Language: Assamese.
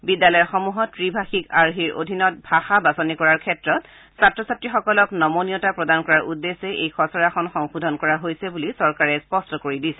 বিদ্যালয়সমূহত ত্ৰিভাষিক আৰ্হিৰ অধীনত ভাষা বাছনি কৰাৰ ক্ষেত্ৰত ছাত্ৰ ছাত্ৰীসকলক নমনীয়তা প্ৰদান কৰাৰ উদ্দেশ্যে এই খচৰাখন সংশোধন কৰা হৈছে বুলি চৰকাৰে স্পষ্ট কৰি দিছে